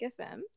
FM